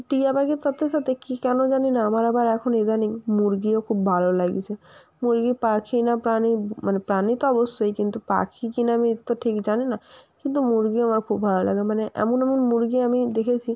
টিয়া পাখির সাথে সাথে কী কেন জানি না আমার আবার এখন ইদানীং মুরগিও খুব ভালো লাগিচে মুরগি পাখি না প্রাণী মানে প্রাণী তো অবশ্যই কিন্তু পাখি কি না আমি তো ঠিক জানি না কিন্তু মুরগি আমার খুব ভালো লাগে মানে এমন এমন মুরগি আমি দেখেছি